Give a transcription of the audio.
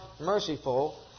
merciful